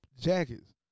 jackets